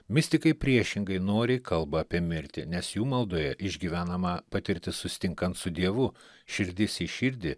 mistikai priešingai noriai kalba apie mirtį nes jų maldoje išgyvenama patirtis susitinkant su dievu širdis į širdį